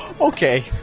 Okay